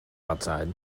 outside